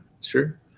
sure